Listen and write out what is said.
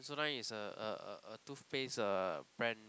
Sensodyne is a a a toothpaste uh brand